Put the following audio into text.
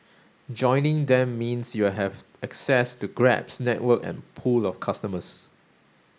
joining them means you'll have access to Grab's network and pool of customers